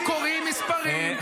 הם קוראים מספרים,